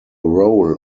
role